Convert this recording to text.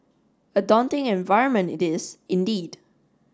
a daunting environment it is indeed